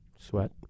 sweat